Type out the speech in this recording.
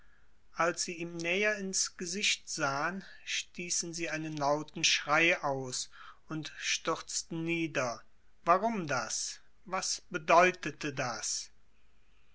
als sie ihm näher ins gesicht sahen stießen sie einen lauten schrei aus und stürzten nieder warum das was bedeutete das